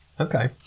okay